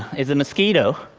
is a mosquito,